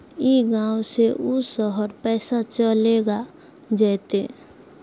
ई गांव से ऊ शहर पैसा चलेगा जयते?